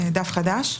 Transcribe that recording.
חדש.